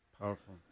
powerful